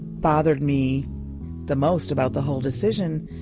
bothered me the most about the whole decision.